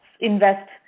invest